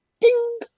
Ding